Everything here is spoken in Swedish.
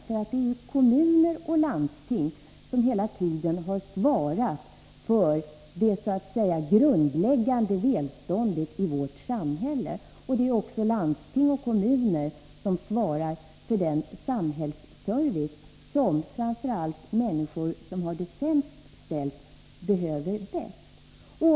Det är ju kommuner och landsting som hela tiden har svarat för det så att säga grundläggande välståndet i vårt samhälle. Det är också landsting och kommuner som svarar för den samhällsservice som framför allt människor som har det sämst ställt behöver bäst.